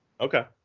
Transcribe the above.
Okay